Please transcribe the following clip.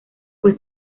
fue